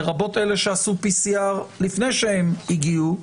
לרבות אלה שעשו PCR לפני שהגיעו,